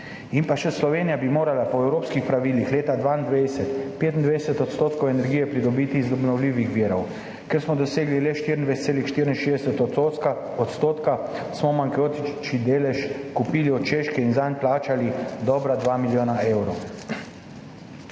In pa še, Slovenija bi morala po evropskih pravilih leta 2022 25 % energije pridobiti iz obnovljivih virov. Ker smo dosegli le 24,64 %, smo manjkajoči delež kupili od Češke in zanj plačali dobra 2 milijona evrov.